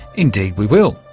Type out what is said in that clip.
indeed we will.